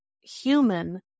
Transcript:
human